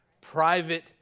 Private